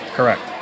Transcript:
Correct